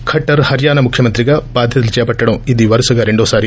ఖట్టర్ హర్యానా ముఖ్యమంత్రిగా బాధ్యతలు చేపట్నడం ఇది వరుసగా రెండో సారి